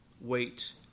wait